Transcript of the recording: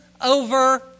over